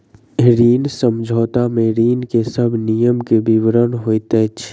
ऋण समझौता में ऋण के सब नियम के विवरण होइत अछि